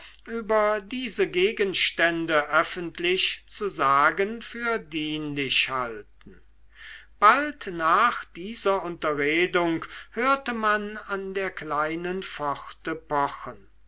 über diese gegenstände öffentlich zu sagen für dienlich halten bald nach dieser unterredung hörte man an der kleinen